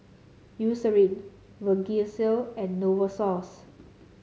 Eucerin Vagisil and Novosource